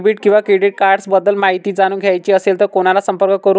Debit किंवा credit cards बद्दल माहिती जाणून घ्यायची असेल तर कोणाला संपर्क करु?